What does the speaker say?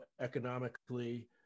economically